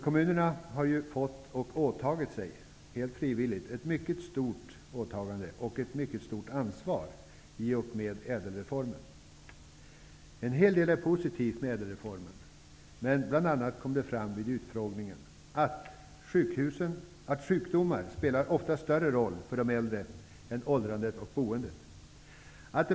Kommunerna har ju fått och åtagit sig, helt frivilligt, ett mycket stort ansvar i och med ÄDEL-reformen. En hel del är positivt med ÄdEL-reformen. Vid utfrågningen kom emelleritd bl.a. följande fram: Sjukdomar spelar ofta större roll för de äldre än åldrandet och boendet.